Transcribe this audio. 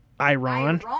Iran